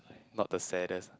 not the saddest